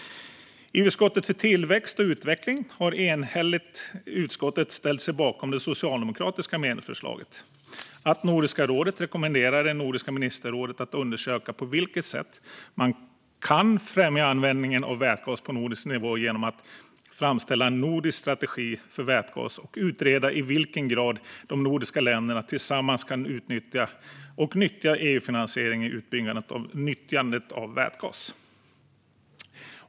Utskottet för tillväxt och utveckling har enhälligt ställt sig bakom det socialdemokratiska medlemsförslaget att Nordiska rådet rekommenderar Nordiska ministerrådet att undersöka på vilket sätt man kan främja användningen av vätgas på nordisk nivå genom att framställa en nordisk strategi för vätgas och utreda i vilken grad de nordiska länderna tillsammans kan utnyttja EU-finansiering i utbyggandet av nyttjandet av vätgas.